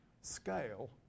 scale